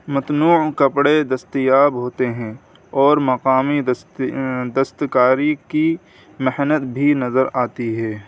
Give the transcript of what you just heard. متنوع کپڑے دستیاب ہوتے ہیں اور مقامی دست دست کاری کی محنت بھی نظر آتی ہے